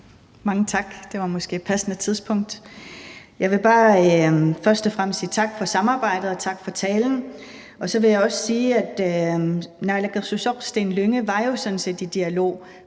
Mange tak. Det var måske et passende tidspunkt. Jeg vil bare først og fremmest sige tak for samarbejdet og tak for talen. Så vil jeg også sige, at naalakkersuisoq Steen Lynge jo sådan set var i dialog